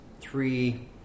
three